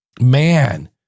man